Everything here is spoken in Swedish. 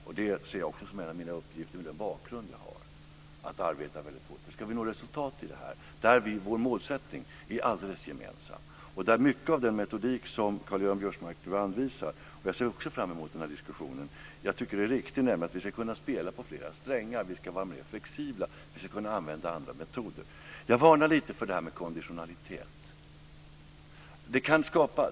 Att arbeta väldigt hårt för det ser jag också som en av mina uppgifter, med tanke på den bakgrund jag har. Målsättningen är gemensam. Mycket av den metodik Karl-Göran Biörsmark anvisar är riktig. Jag ser också fram emot den diskussionen. Jag tycker nämligen att det är riktigt att vi ska kunna spela på flera strängar. Vi ska vara mer flexibla. Vi ska kunna använda andra metoder. Jag varnar lite för konditionalitet.